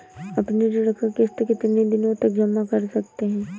अपनी ऋण का किश्त कितनी दिनों तक जमा कर सकते हैं?